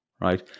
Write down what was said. right